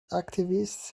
activists